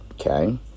Okay